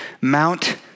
Mount